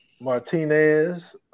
Martinez